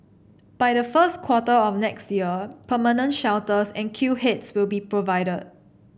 by the first quarter of next year permanent shelters and queue heads will be provided